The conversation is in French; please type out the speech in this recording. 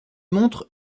montre